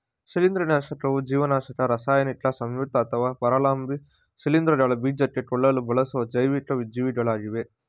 ಶಿಲೀಂಧ್ರನಾಶಕವು ಜೀವನಾಶಕ ರಾಸಾಯನಿಕ ಸಂಯುಕ್ತ ಅಥವಾ ಪರಾವಲಂಬಿ ಶಿಲೀಂಧ್ರಗಳ ಬೀಜಕ ಕೊಲ್ಲಲು ಬಳಸುವ ಜೈವಿಕ ಜೀವಿಗಳಾಗಿವೆ